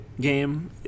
game